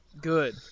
Good